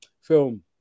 film